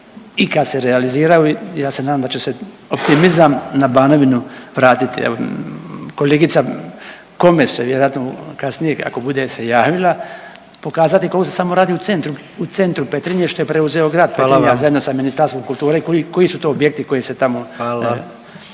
i kad se realiziraju ja se nadam da će se optimizam na Banovinu vratiti. Evo kolegica Komes će vjerojatno kasnije ako bude se javila pokazati koliko samo radi u centru Petrinje što je preuzeo grad Petrinja …/Upadica predsjednik: Hvala vam./… zajedno sa Ministarstvom kulture koji su to objekti koji se tamo